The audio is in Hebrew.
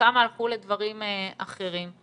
וכמה הלכו לדברים אחרים.